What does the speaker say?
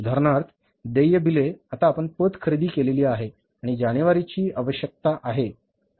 उदाहरणार्थ देय बिले आता आपण पत खरेदी केली आहे आणि जानेवारीची काय आवश्यकता आहे